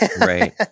Right